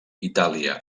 itàlia